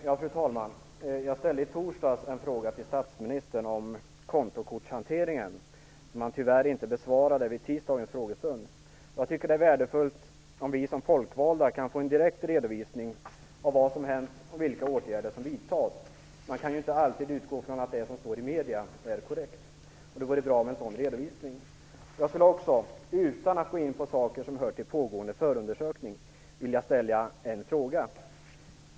Fru talman! Jag ställde i torsdags en fråga till statsministern om kontokortshanteringen som han tyvärr inte besvarade vid tisdagens frågestund. Jag tycker det är värdefullt om vi som folkvalda kan få en direkt redovisning av vad som hänt och vilka åtgärder som vidtas. Man kan inte alltid utgå ifrån att det som sägs i medier är korrekt. Därför vore det bra med en sådan redovisning. Jag skulle också - utan att gå in på saker som hör till pågående förundersökning - vilja ställa en fråga.